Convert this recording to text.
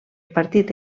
partit